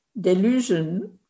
delusion